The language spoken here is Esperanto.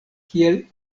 kiel